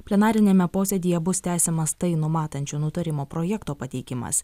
plenariniame posėdyje bus tęsiamas tai numatančio nutarimo projekto pateikimas